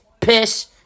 piss